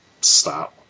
stop